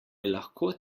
lahko